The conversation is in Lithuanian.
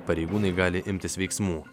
pareigūnai gali imtis veiksmų